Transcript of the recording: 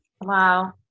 Wow